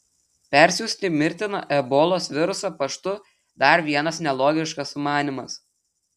persiųsti mirtiną ebolos virusą paštu dar vienas nelogiškas sumanymas